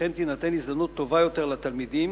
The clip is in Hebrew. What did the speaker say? וכך תינתן הזדמנות טובה יותר לתלמידים,